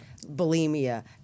bulimia